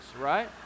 right